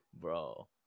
Bro